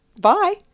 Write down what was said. bye